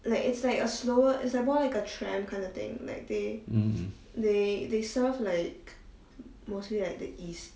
mmhmm